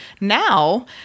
Now